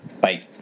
Bye